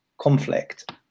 conflict